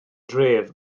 dref